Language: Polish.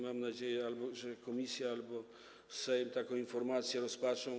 Mam nadzieję, że komisja albo Sejm taką informację rozpatrzą.